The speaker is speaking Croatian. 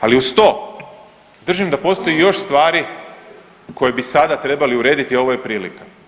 Ali uz to držim da postoji još stvari koje bi sada trebali urediti, a ovo je prilika.